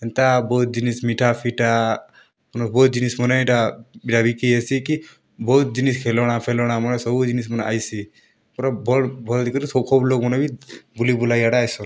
ହେନ୍ତା ବହୁତ୍ ଜିନିଷ୍ ମିଠାଫିଠା ମାନେ ବହୁତ୍ ଜିନିଷ୍ ମାନେ ଇ'ଟା ବିକ୍ରି ହେସି କି ବହୁତ୍ ଜିନିଷ୍ ଖେଲ୍ଣା ଫେଲ୍ଣାମନେ ସବୁ ଜିନିଷ୍ ମାନେ ଆଇସି ପୁରା ବଡ୍ ଭଲ୍ ହେଇକରି ସବ୍ ଖୋବ୍ ଲୋକ୍ମାନେ ବି ବୁଲି ବୁଲା ଇଆଡ଼େ ଆଏସନ୍